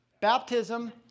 Baptism